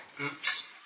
Oops